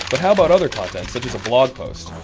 how about other content such as a blog post?